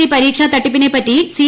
C പരീക്ഷാ തട്ടിപ്പിനെപ്പറ്റി C